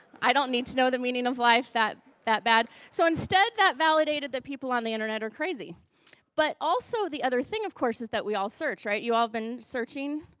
i don't need know the meaning of life that that bad. so, instead that validated that people on the internet or crazy but also the other thing, of course, is that we all search, right? you've all been searching,